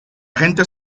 gente